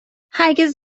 هرگز